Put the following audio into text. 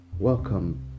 Welcome